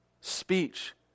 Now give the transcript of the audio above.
speech